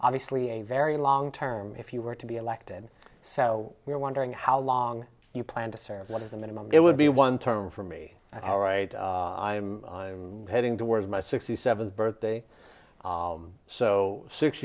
obviously a very long term if you were to be elected so you're wondering how long you plan to serve what is the minimum it would be one term for me how right i am heading towards my sixty seventh birthday so six